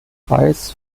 preis